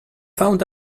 found